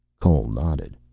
cole nodded.